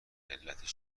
علتش